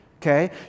Okay